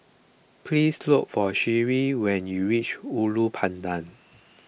please look for Sheree when you reach Ulu Pandan